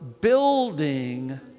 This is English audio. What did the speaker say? building